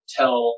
tell